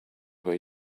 where